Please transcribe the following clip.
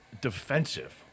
defensive